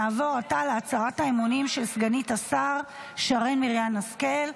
נעבור עתה להצהרת האמונים של סגנית השר שרן מרים השכל.